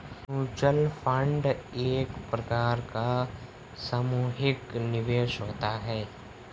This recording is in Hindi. म्यूचुअल फंड एक प्रकार का सामुहिक निवेश होता है